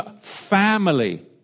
family